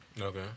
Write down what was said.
Okay